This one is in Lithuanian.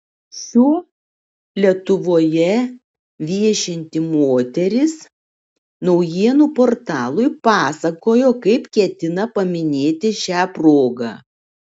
šiuo lietuvoje viešinti moteris naujienų portalui pasakojo kaip ketina paminėti šią progą